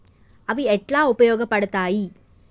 అవి ఎట్లా ఉపయోగ పడతాయి?